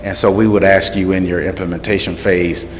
and so we would ask you in your implementation phase,